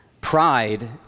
Pride